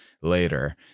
later